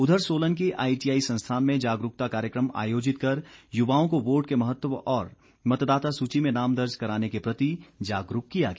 उधर सोलन के आईटीआई संस्थान में जागरूकता कार्यक्रम आयोजित कर युवाओं को वोट के महत्व और मतदाता सूची में नाम दर्ज कराने के प्रति जागरूक किया गया